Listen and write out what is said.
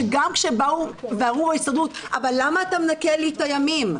שגם כשבאו ואמרו בהסתדרות: אבל למה אתה מנקה לי את הימים,